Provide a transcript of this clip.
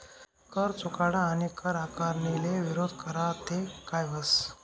कर चुकाडा आणि कर आकारणीले विरोध करा ते काय व्हस